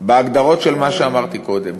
בהגדרות של מה שאמרתי קודם.